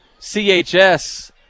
CHS